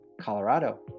Colorado